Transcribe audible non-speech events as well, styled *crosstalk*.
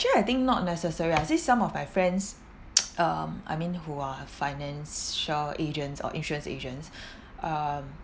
actually I think not necessary lah I see some of my friends *noise* um I mean who are financial agents or insurance agents *breath* uh